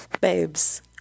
babes